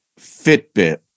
Fitbit